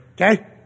Okay